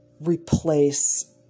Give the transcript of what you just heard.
replace